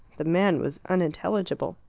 the man was unintelligible.